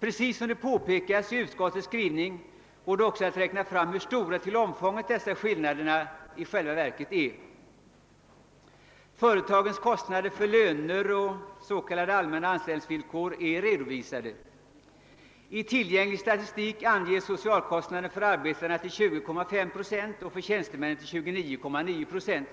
Så som påpekas i utskottets skrivning går det också att räkna fram hur stora till omfånget dessa skillnader i själva verket är. Företagens kostnader för löner och s.k. allmänna anställningsvillkor är redovisade. I tillgänglig statistik anges socialkostnaden för arbetarna till 20,5 procent och för tjänstemännen till 29,9 procent.